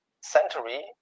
century